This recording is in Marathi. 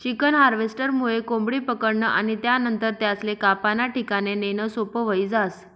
चिकन हार्वेस्टरमुये कोंबडी पकडनं आणि त्यानंतर त्यासले कापाना ठिकाणे नेणं सोपं व्हयी जास